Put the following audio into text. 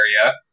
area